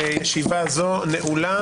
הישיבה הזו נעולה.